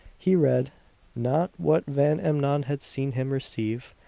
he read not what van emmon had seen him receive,